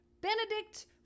Benedict